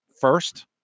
First